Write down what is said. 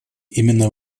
именно